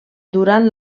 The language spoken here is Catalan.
durant